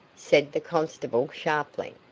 said the constable, sharply.